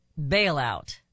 bailout